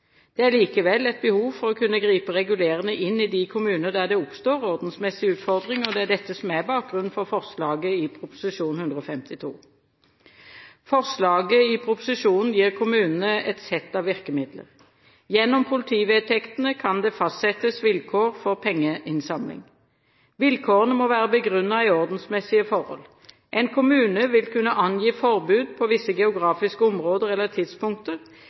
Det er likevel et behov for å kunne gripe regulerende inn i de kommuner der det oppstår ordensmessige utfordringer, og det er dette som er bakgrunnen for forslaget i proposisjonen. Forslaget i proposisjonen gir kommunene et sett av virkemidler. Gjennom politivedtektene kan det fastsettes vilkår for pengeinnsamling. Vilkårene må være begrunnet i ordensmessige forhold. En kommune vil kunne angi forbud på visse geografiske områder eller tidspunkter